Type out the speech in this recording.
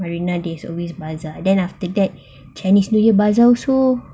marina there's always bazaar then after that chinese new year bazaar also